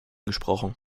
gesprochen